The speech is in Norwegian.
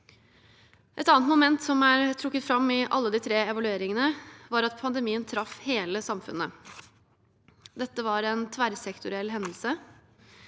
Et annet moment som er trukket fram i alle de tre evalueringene, er at pandemien traff hele samfunnet. Det var en tverrsektoriell hendelse.